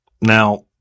now